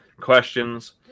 Questions